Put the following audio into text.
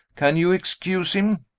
can you excuse him?